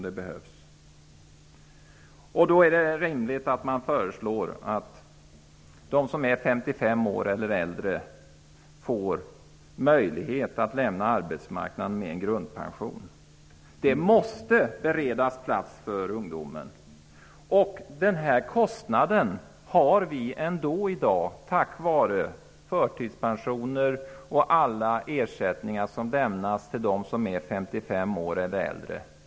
Det är därför rimligt att föreslå att de som är 55 år eller äldre får möjlighet att lämna arbetsmarknaden med en grundpension. Det måste beredas plats för ungdomen. Den kostnaden har vi ändå i dag på grund av förtidspensioner och alla ersättningar som lämnas till dem som är 55 år eller äldre.